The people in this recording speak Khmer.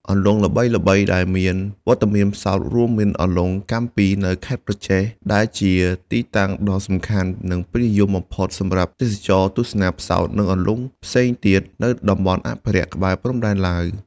អន្លង់ល្បីៗដែលមានវត្តមានផ្សោតរួមមាន អន្លង់កាំពី នៅខេត្តក្រចេះ ដែលជាទីតាំងដ៏សំខាន់ និងពេញនិយមបំផុតសម្រាប់ទេសចរណ៍ទស្សនាផ្សោត និងអន្លង់ផ្សេងទៀតនៅតំបន់អភិរក្សក្បែរព្រំដែនឡាវ។